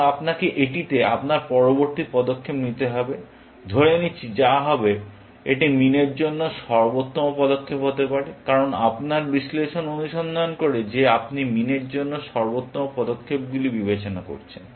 এখন আপনাকে এটিতে আপনার পরবর্তী পদক্ষেপ নিতে হবে ধরে নিচ্ছি যা হবে এটি মিন এর জন্য সর্বোত্তম পদক্ষেপ হতে পারে কারণ আপনার বিশ্লেষণ অনুসন্ধান করে যে আপনি মিন এর জন্য সর্বোত্তম পদক্ষেপগুলি বিবেচনা করছেন